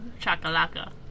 chakalaka